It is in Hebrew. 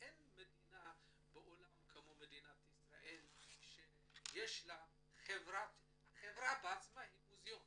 אין מדינה בעולם כמו מדינת ישראל שהחברה בעצמה היא מוזיאון